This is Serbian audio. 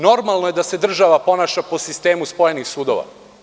Normalno je da se država ponaša po sistemu spojenih sudova.